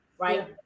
right